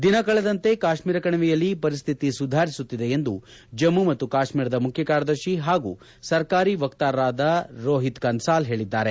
ದಿನ ಕಳೆದಂತೆ ಕಾಶ್ಮೀರ ಕಣಿವೆಯಲ್ಲಿ ಪರಿಸ್ತಿತಿ ಸುಧಾರಿಸುತ್ತಿದೆ ಎಂದು ಜಮ್ಮು ಮತ್ತು ಕಾಶ್ಮೀರದ ಮುಖ್ಯ ಕಾರ್ಯದರ್ಶಿ ಹಾಗೂ ಸರ್ಕಾರಿ ವಕ್ತಾರರಾದ ರೋಹಿತ್ ಕನ್ನಾಲ್ ಹೇಳಿದ್ದಾರೆ